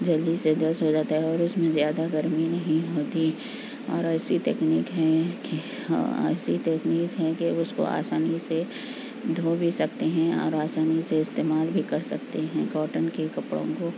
جلدی سے جزب ہو جاتا ہے اور اس میں زیادہ گرمی نہیں ہوتی اور ایسی تکنیک ہیں کہ ایسی تکنیک ہیں کہ اس کو آسانی سے دھو بھی سکتے ہیں اور آسانی سے استعمال بھی کر سکتے ہیں کاٹن کے کپڑوں کو